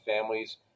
families